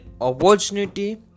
opportunity